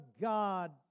God